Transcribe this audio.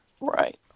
Right